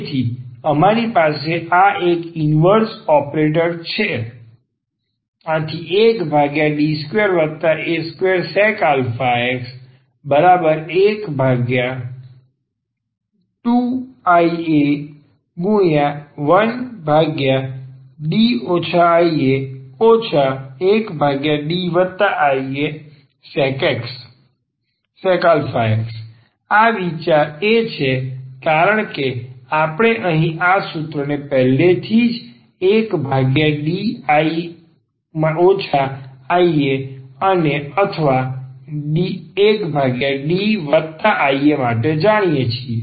તેથી અમારી પાસે આ એક ઈન્વર્ઝ ઓપરેટર ઉપર છે 1D2a2sec ax 12ia1D ia 1Diasec ax આ વિચાર એ છે કારણ કે આપણે અહીં આ સૂત્રને પહેલાથી જ1D ia અથવા 1Dia માટે જાણીએ છીએ